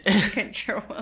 control